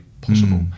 possible